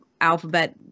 alphabet